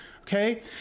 Okay